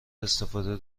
استفاده